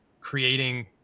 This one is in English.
creating